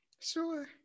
Sure